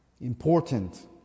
important